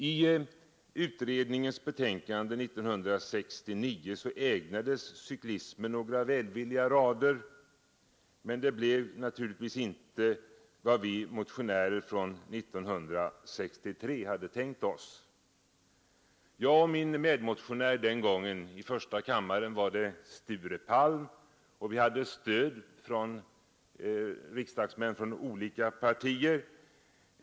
I utredningens betänkande 1969 ägnades cyklismen några välvilliga rader, men det blev naturligtvis inte vad vi motionärer från 1963 hade tänkt oss. Jag och min medmotionär den gången — Sture Palm i första kammaren — hade stöd av riksdagsmän från olika partier.